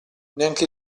neanche